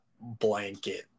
blanket